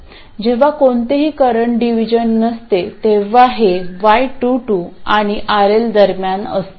जेव्हा कोणतेही current division नसते तेव्हा हे y22 आणि RL दरम्यान असते